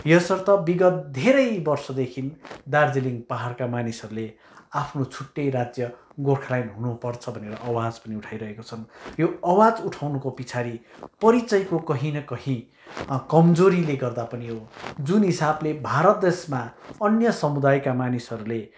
यसर्थ विगत धेरै वर्षदेखि दार्जिलिङ पाहाडका मानिसहरूले आफ्नो छुट्टै राज्य गोर्खाल्यान्ड हुनुपर्छ भनेर आवाज पनि उठाइरहेका छन् आवाज उठाउनुको पछाडि परिचयको कहीँ न कहीँ कमजोरीले गर्दा पनि हो जुन हिसाबले भारत देशमा अन्य समुदायका मानिसहरूले